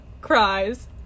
cries